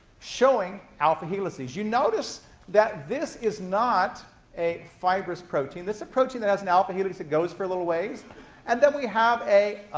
showing alpha helices. you'll notice that this is not a fibrous protein. this is a protein that has an alpha helix that goes for a little ways and then we have a,